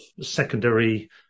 secondary